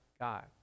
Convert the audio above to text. God